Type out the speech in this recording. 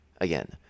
Again